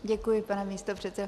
Děkuji, pane místopředsedo.